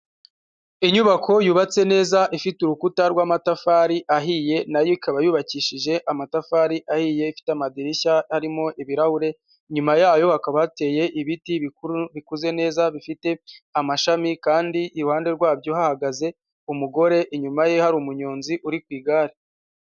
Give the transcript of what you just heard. Inyubako yubatse neza ifite urukuta rw'amatafari ahiye na yo ikaba yubakishije amatafari ahiye, ifite amadirishya arimo ibirahure, inyuma yayo hakaba hateye ibiti bikuru bikuze neza bifite amashami kandi ihande rwabyo hahagaze umugore, inyuma ye hari umunyonzi uri ku igare.